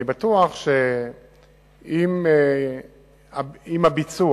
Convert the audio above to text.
אני בטוח שעם הביצוע